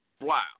Wow